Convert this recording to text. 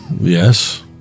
Yes